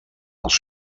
als